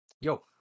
yo